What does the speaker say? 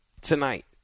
Tonight